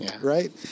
right